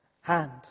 hand